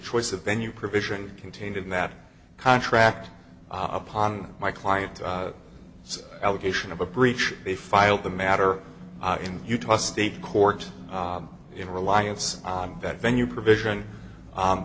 choice of venue provision contained in that contract upon my client so allegation of a breach they filed the matter in utah state court in reliance on that venue provision